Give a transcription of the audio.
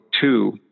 two